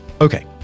Okay